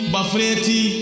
Bafreti